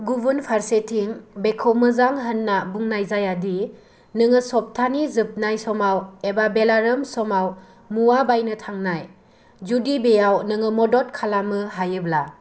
गुबुन फारसेथिं बेखौ मोजां होनना बुंनाय जायादि नोङो सप्तानि जोबनाय समाव एबा बेलारोम समाव मुवा बायनो थांनाय जुदि बेयाव नोङो मदद खालामनो हायोब्ला